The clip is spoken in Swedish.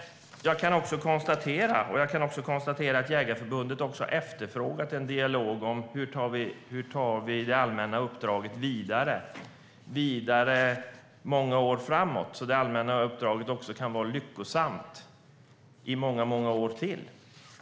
Jag kan konstatera att Jägareförbundet har efterfrågat en dialog om hur vi tar det allmänna uppdraget vidare många år framåt, så att det allmänna uppdraget kan vara lyckosamt i många år till.